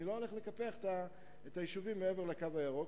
לא הולך לקפח את היישובים שמעבר ל"קו הירוק",